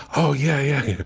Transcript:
oh, yeah.